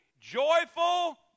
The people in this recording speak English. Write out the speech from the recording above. joyful